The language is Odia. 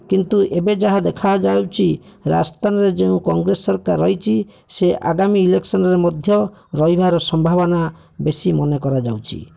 କିନ୍ତୁ ଏବେ ଯାହା ଦେଖାଯାଉଛି ରାଜସ୍ଥାନରେ ଯେଉଁ କଂଗ୍ରେସ ସରକାର ରହିଛି ସେ ଆଗାମୀ ଇଲେକସନ୍ରେ ମଧ୍ୟ ରହିବାର ସମ୍ଭାବନା ବେଶୀ ମନେ କରାଯାଉଛି